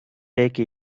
take